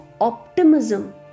optimism